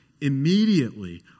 Immediately